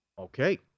Okay